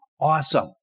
awesome